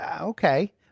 Okay